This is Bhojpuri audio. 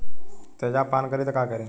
तेजाब पान करी त का करी?